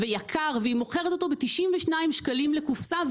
ויקר והיא מוכרת אותו ב-92 שקלים לקופסה.